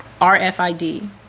RFID